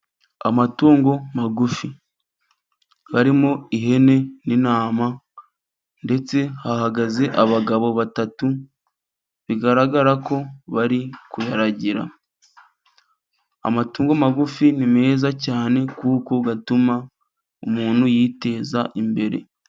Amatungo magufi harimo ihene n'intama, ndetse hahagaze abagabo batatu bigaragara ko bari kuharagira amatungo magufi ni meza cyane kuko yatuma umuntu yiteza imbere.